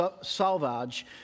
Salvage